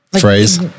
phrase